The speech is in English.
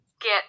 get